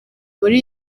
muri